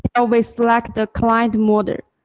ah we select the client mode,